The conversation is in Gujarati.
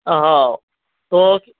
હઉ તો